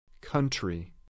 Country